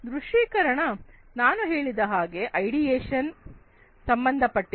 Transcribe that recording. ದೃಶ್ಯೀಕರಣ ನಾನು ಹೇಳಿದ ಹಾಗೆ ಐಡಿಯೇಷನ್ ಗೆ ಸಂಬಂಧಪಟ್ಟಿದ್ದು